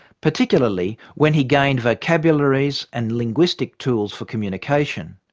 particularly when he gained vocabularies and linguistic tools for communication.